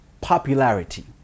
popularity